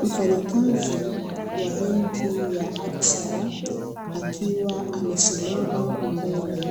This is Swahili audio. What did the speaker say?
Mfanyakazi wa benki ya "absa" akiwa amesimama mbele